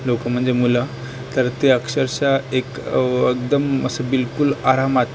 लोकं म्हणजे मुलं तर ते अक्षरशः एक एकदम असं बिलकूल आरामात